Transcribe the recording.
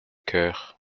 coeur